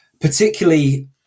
Particularly